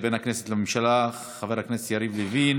בין הכנסת לממשלה חבר הכנסת יריב לוין,